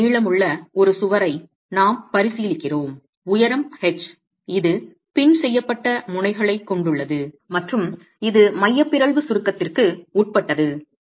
l நீளமுள்ள ஒரு சுவரை நாம் பரிசீலிக்கிறோம் உயரம் h இது பின் செய்யப்பட்ட முனைகளைக் கொண்டுள்ளது மற்றும் இது மைய பிறழ்வு சுருக்கத்திற்கு உட்பட்டது